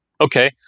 Okay